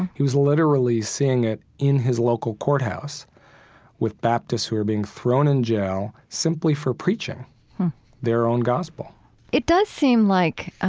he was literally seeing it in his local courthouse with baptists who were being thrown in jail, simply for preaching their own gospel it does seem like, ah